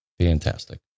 Fantastic